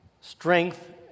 strength